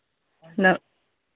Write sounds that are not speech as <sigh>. <unintelligible>